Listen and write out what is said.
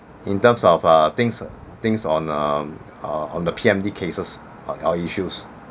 in terms of uh things things on um err on the P_M_D cases on our issues